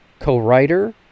co-writer